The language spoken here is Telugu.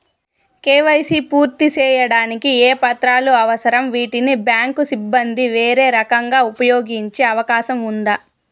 కే.వై.సి పూర్తి సేయడానికి ఏ పత్రాలు అవసరం, వీటిని బ్యాంకు సిబ్బంది వేరే రకంగా ఉపయోగించే అవకాశం ఉందా?